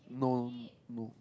no no